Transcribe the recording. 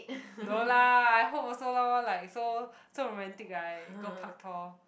no lah I hope also loh like so so romantic right go Paktor